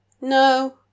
No